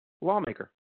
lawmaker